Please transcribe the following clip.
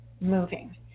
moving